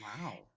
Wow